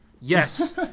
Yes